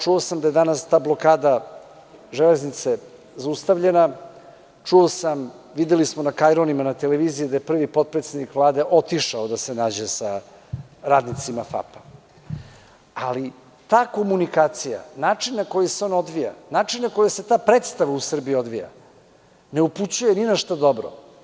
Čuo sam da je danas ta blokada železnice zaustavljena, čuo sam, videli smo na kajronima na televiziji da je prvi potpredsednik Vlade otišao da se nađe sa radnicima FAP ali ta komunikacija, način na koji se on odvija, način na koji se ta predstava u Srbiji odvija, ne upućuje ništa dobro.